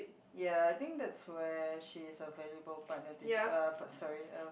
ya I think that's where she's a valuable partner to you uh sorry uh